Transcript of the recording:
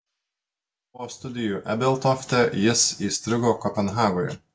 po studijų ebeltofte jis įstrigo kopenhagoje